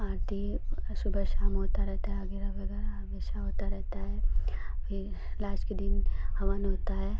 आरती सुबह शाम होती रहती है अग़ैरह वग़ैरह हमेशा होती रहती है फिर लास्ट के दिन हवन होता है